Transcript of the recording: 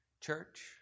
Church